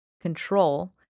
control